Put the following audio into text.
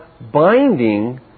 binding